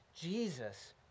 Jesus